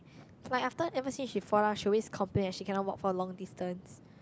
like after ever since she fall down she always complain that she cannot walk for long distance